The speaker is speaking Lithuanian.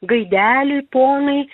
gaideliui ponui